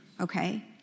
okay